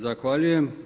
Zahvaljujem.